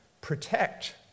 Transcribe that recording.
protect